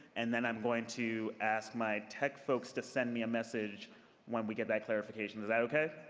and then i'm going to ask my tech folks to send me a message when we get that clarification. is that okay?